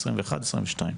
ב-2021 וב-2022.